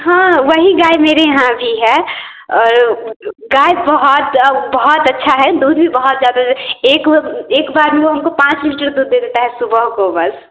हाँ वही गाय मेरे यहाँ भी है और गाय बहुत बहुत अच्छा है दूध भी बहुत ज़्यादा दे एक व एक बार में वह हमको पाँच लीटर दूध दे देता है सुबह को बस